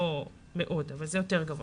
לא מאוד, אבל זה יותר גבוה.